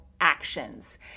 actions